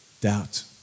Doubt